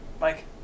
Mike